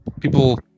people